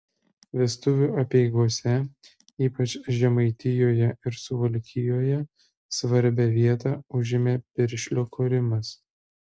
vestuvių apeigose ypač žemaitijoje ir suvalkijoje svarbią vietą užėmė piršlio korimas